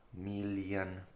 million